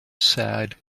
sad